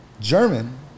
German